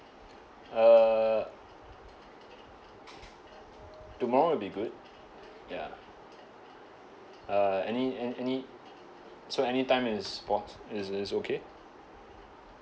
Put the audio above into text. uh tomorrow will be good ya uh any any any so any time is is is okay